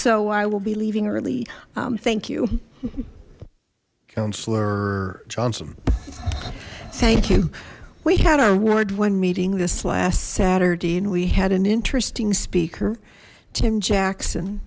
so i will be leaving early thank you councillor johnson thank you we had our ward one meeting this last saturday and we had an interesting speaker tim jackson